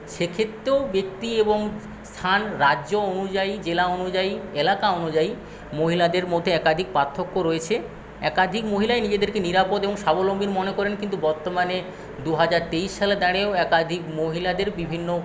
সেক্ষেত্রেও ব্যক্তি এবং স্থান রাজ্য অনুযায়ী জেলা অনুযায়ী এলাকা অনুযায়ী মহিলাদের মধ্যে একাধিক পার্থক্য রয়েছে একাধিক মহিলাই নিজেদেরকে নিরাপদ এবং স্বাবলম্বী মনে করেন কিন্তু বর্তমানে দু হাজার তেইশ সালে দাঁড়িয়েও একাধিক মহিলাদের বিভিন্ন